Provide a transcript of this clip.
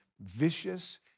vicious